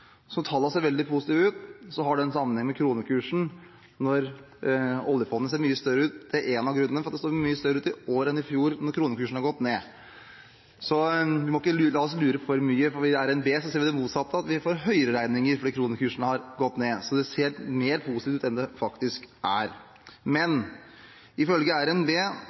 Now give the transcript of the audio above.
som tallene ser veldig positive ut for når jeg skal hogge til høsten, har det en sammenheng med kronekursen når oljefondet ser mye større ut. En av grunnene til at det ser mye større ut i år enn i fjor, er at kronekursen har gått ned. Så vi må ikke la oss lure for mye, for i RNB ser vi det motsatte, at vi får høyere regninger fordi kronekursen har gått ned. Så det ser mer positivt ut enn det faktisk er. Ifølge